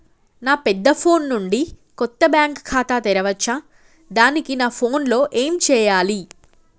నా పెద్ద ఫోన్ నుండి కొత్త బ్యాంక్ ఖాతా తెరవచ్చా? దానికి నా ఫోన్ లో ఏం చేయాలి?